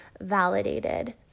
validated